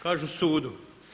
Kažu sudu.